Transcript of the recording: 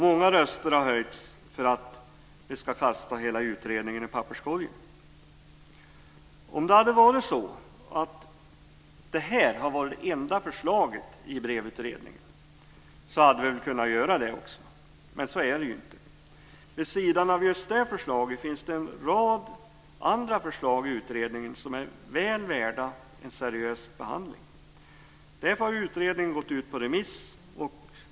Många röster har höjts för att vi ska kasta hela utredningen i papperskorgen. Om detta hade varit det enda förslaget i BREV-utredningen så hade vi väl också kunnat göra det. Men så är det ju inte. Vid sidan av just det förslaget finns en rad andra förslag i utredningen som är väl värda en seriös behandling. Därför har utredningen gått ut på remiss.